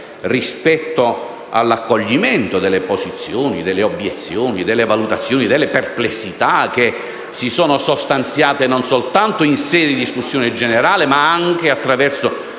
rispetto all'accoglimento delle posizioni, delle obiezioni, delle valutazioni e delle perplessità, che si sono sostanziate non solo in sede di discussione generale, ma anche attraverso